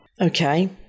Okay